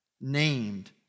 named